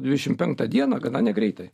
dvidešim penktą dieną gana negreitai